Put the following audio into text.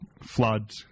flood